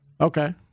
Okay